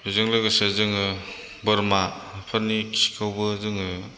बेजों लोगोसे जोङो बोरमाफोरनि खिखौबो जोङो